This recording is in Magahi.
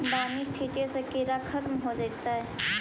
बानि छिटे से किड़ा खत्म हो जितै का?